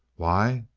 why?